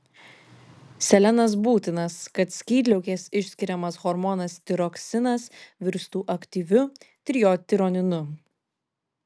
selenas būtinas kad skydliaukės išskiriamas hormonas tiroksinas virstų aktyviu trijodtironinu